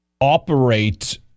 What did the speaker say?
operate